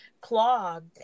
clogged